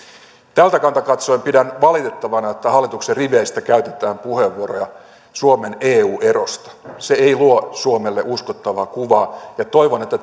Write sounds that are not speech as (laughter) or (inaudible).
tältä kannalta katsoen pidän valitettavana että hallituksen riveistä käytetään puheenvuoroja suomen eu erosta se ei luo suomelle uskottavaa kuvaa ja toivon että (unintelligible)